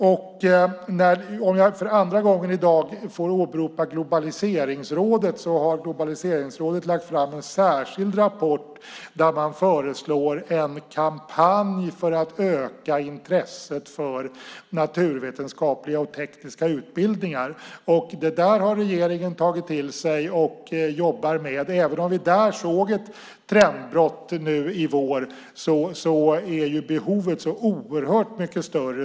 Om jag för andra gången i dag får åberopa Globaliseringsrådet så har de lagt fram en särskild rapport där man föreslår en kampanj för att öka intresset för naturvetenskapliga och tekniska utbildningar. Detta har regeringen tagit till sig och jobbar med. Även om vi där såg ett trendbrott nu i vår är behovet så oerhört mycket större.